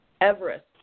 Everest